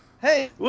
Hey